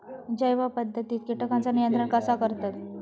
जैव पध्दतीत किटकांचा नियंत्रण कसा करतत?